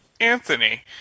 Anthony